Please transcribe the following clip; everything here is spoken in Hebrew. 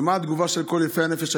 ומה הייתה התגובה של כל יפי הנפש?